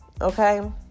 okay